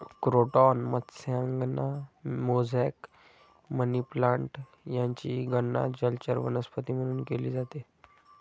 croton मत्स्यांगना, mosaic, money plant यांचीही गणना जलचर वनस्पती म्हणून केली जाते